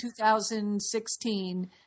2016